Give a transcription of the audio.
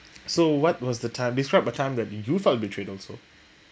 so what was the time describe a time that you felt betrayed also